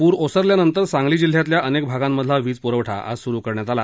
प्र ओसरल्यानंतर सांगली जिल्ह्यातल्या अनेक भागांमधला वीजप्रवठा आज सुरू करण्यात आला